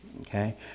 Okay